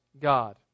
God